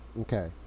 okay